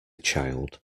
child